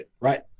right